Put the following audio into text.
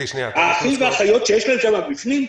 האחים והאחיות שיש להם שם בפנים?